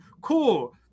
Cool